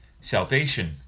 salvation